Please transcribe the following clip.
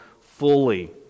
fully